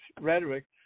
rhetoric